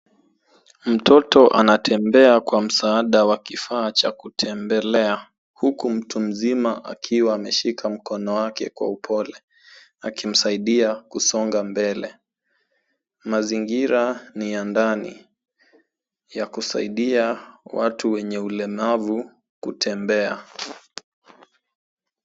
Mtoto anatembea kwa msaada wa kifaa cha kutembelea, huku mtu msima akiwa ameshika mkono wake kwa upole, akimsaidia kusonga mbale. Mazingira ni ya ndani ya kusaidia watu wenye ulimavu kutembea.